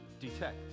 detect